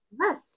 Yes